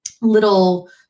little